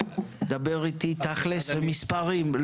ידידי, דבר איתי תכלס במספרים.